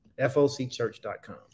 Focchurch.com